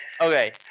okay